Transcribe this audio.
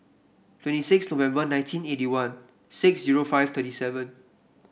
twenty six November nineteen eighty one six zero five thirty seven